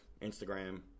Instagram